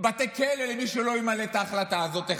בתי כלא למי שלא ימלא את ההחלטה הזאת.